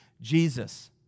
Jesus